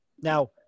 Now